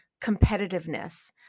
competitiveness